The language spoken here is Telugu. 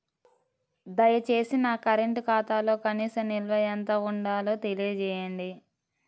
దయచేసి నా కరెంటు ఖాతాలో కనీస నిల్వ ఎంత ఉండాలో తెలియజేయండి